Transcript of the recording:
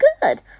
good